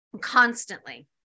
constantly